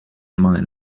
mine